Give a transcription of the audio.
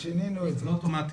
זה לא אוטומטי.